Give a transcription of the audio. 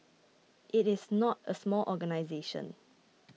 it is not a small organisation